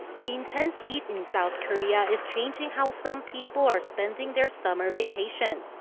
the intense heat in south korea is changing how some people are spending their summer vacation.